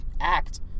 Act